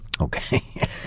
Okay